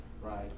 Right